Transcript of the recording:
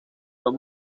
los